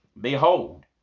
Behold